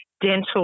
Dental